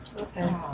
Okay